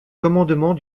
commandement